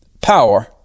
power